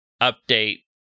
update